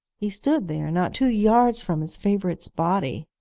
he stood there, not two yards from his favourite's body!